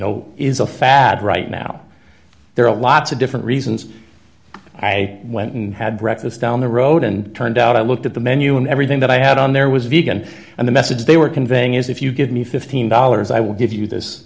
know is a fad right now there are lots of different reasons i went and had breakfast down the road and turned out i looked at the menu and everything that i had on there was vague and and the message they were conveying is if you give me fifteen dollars i will give you this